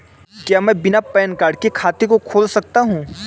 क्या मैं बिना पैन कार्ड के खाते को खोल सकता हूँ?